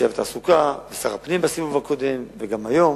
התעשייה והתעסוקה וכשר הפנים בסיבוב הקודם וגם היום,